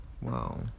Wow